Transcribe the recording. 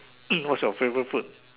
what's your favourite food